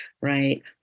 right